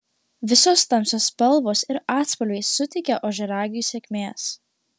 visos tamsios spalvos ir atspalviai suteikia ožiaragiui sėkmės